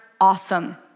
awesome